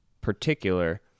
particular